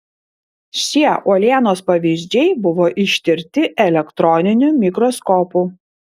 šie uolienos pavyzdžiai buvo ištirti elektroniniu mikroskopu